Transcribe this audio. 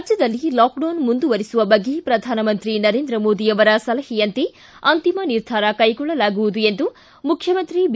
ರಾಜ್ಯದಲ್ಲಿ ಲಾಕ್ಡೌನ್ ಮುಂದುವರೆಸುವ ಬಗ್ಗೆ ಪ್ರಧಾನಮಂತ್ರಿ ನರೇಂದ್ರ ಮೋದಿ ಅವರ ಸಲಹೆಯಂತೆ ಅಂತಿಮ ನಿರ್ಧಾರ ಕೈಗೊಳ್ಳಲಾಗುವುದು ಎಂದು ಮುಖ್ಯಮಂತ್ರಿ ಬಿ